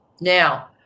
Now